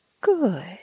Good